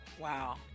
wow